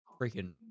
freaking